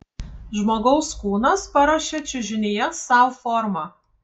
žmogaus kūnas paruošia čiužinyje sau formą